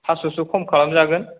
फास्स'सो खम खालामजागोन